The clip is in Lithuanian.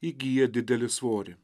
įgyja didelį svorį